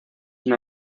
una